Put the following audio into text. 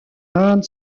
inde